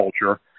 culture